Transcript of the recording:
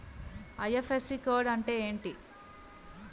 IFSC code అంటే ఏంటి?